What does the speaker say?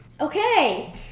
Okay